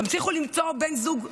תצליחו למצוא בן זוג חדש,